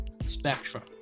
spectrum